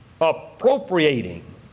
Appropriating